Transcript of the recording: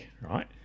right